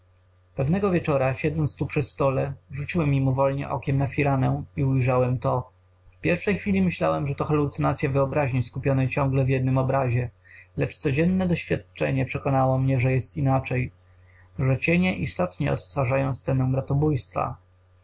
pewnego wieczora siedząc tu przy stole rzuciłem mimowoli okiem na firankę i ujrzałem to w pierwszej chwili myślałem że halucynacya wyobraźni skupionej ciągle w jednym obrazie lecz codzienne doświadczenie przekonało mnie że jest inaczej że cienie istotnie odtwarzają scenę